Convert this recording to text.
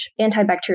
antibacterial